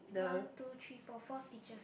one two three four four stitches